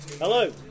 Hello